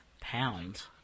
pounds